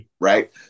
Right